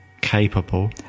capable